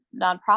nonprofit